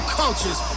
cultures